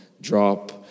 drop